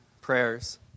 prayers